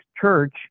Church